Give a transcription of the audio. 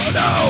no